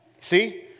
see